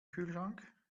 kühlschrank